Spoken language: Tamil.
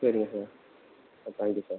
சரிங்க சார் ஆ தேங்க்யூ சார்